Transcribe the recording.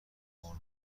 برد